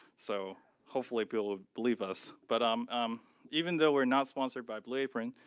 so hopefully people will believe us, but um um even though we're not sponsored by blue apron,